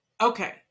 Okay